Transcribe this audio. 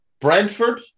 Brentford